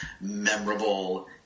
memorable